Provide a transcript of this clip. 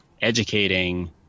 educating